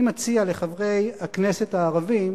אני מציע לחברי הכנסת הערבים